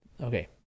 Okay